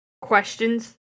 questions